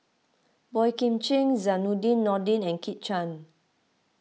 Boey Kim Cheng Zainudin Nordin and Kit Chan